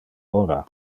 ora